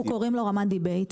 אנחנו קוראים לו רמת debate.